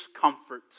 comfort